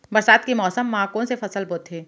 बरसात के मौसम मा कोन से फसल बोथे?